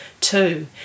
two